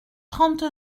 trente